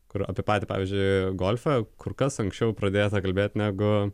kur apie patį pavyzdžiui golfą kur kas anksčiau pradėta kalbėti negu